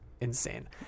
insane